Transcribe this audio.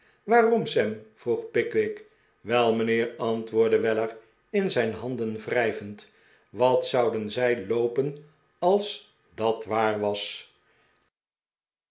waarom sam vroeg pickwick wel mijnheer antwoordde weller in zijn handen wrijvend wat zouden zij loopen als dat waar was